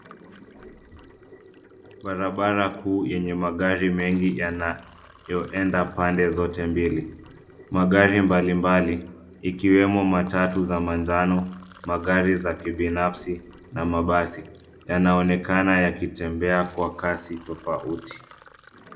Barabara kuu yenye magari mengi yanayoenda pande zote mbili. Magari mbalimbali ikiwemo matatu za manjano, magari za kibinafsi na mabasi yanaonekana yakitembea kwa kasi tofauti.